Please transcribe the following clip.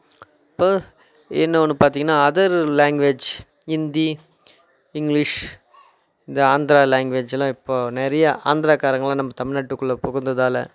இப்போது இன்னொன்று பார்த்திங்கனா அதர் லாங்குவேஜ் ஹிந்தி இங்க்லீஷ் இந்த ஆந்த்ரா லாங்குவேஜ்லாம் இப்போது நிறைய ஆந்திராகாரர்களாம் நம்ம தமிழ்நாட்டுக்குள்ளே புகுந்ததாலே